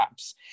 apps